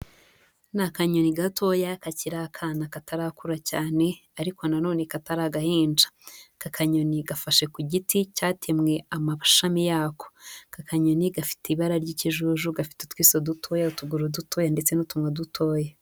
Ni akanyoni gatoya kakiri akana katarakura cyane ariko na none katari agahinja, aka kanyoni gafashe ku giti cyatemwe amashami yako, aka kanyoni gafite ibara ry'ikijuju gafite utwiso dutoya utuguru dutoyo ndetse n'utunwa dutoya.